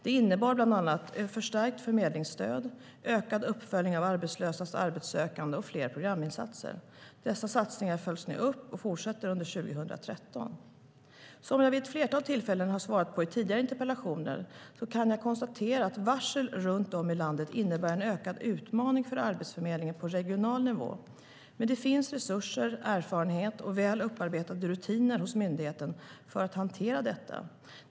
Det innebar bland annat förstärkt förmedlingsstöd, ökad uppföljning av arbetslösas arbetssökande och fler programinsatser. Dessa satsningar följs nu upp och fortsätter under 2013. Som jag vid ett flertal tillfällen har svarat i tidigare interpellationsdebatter kan jag konstatera att varsel runt om i landet innebär en ökad utmaning för Arbetsförmedlingen på regional nivå, men det finns resurser, erfarenhet och väl upparbetade rutiner hos myndigheten för att hantera detta.